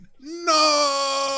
no